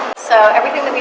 so everything